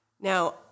Now